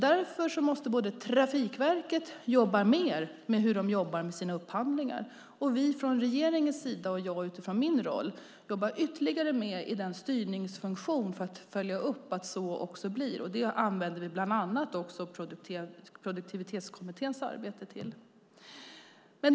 Därför måste Trafikverket jobba mer med sina upphandlingar och regeringen och jag utifrån min roll jobba ytterligare i styrningsfunktionen för att följa upp att så också blir. Detta använder vi bland annat Produktivitetskommitténs arbete till. Fru talman!